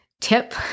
tip